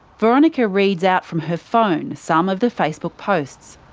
veronica reads out from her phone some of the facebook posts.